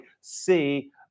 see